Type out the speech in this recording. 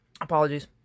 apologies